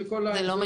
זה לא משנה.